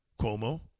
Cuomo